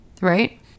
right